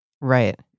Right